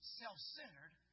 self-centered